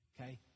Okay